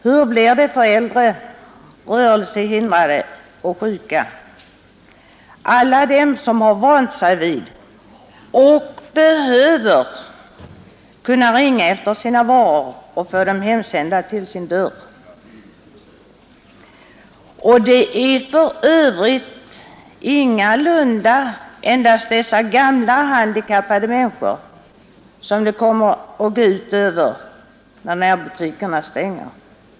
Hur blir det för de äldre, de rörelsehindrade eller de sjuka — alla dessa som vant sig vid och har behov av att kunna ringa efter sina varor och få dem hemsända till sin dörr? Det är för övrigt ingalunda endast dessa gamla och handikappade människor det går ut över om närbutikerna stänger.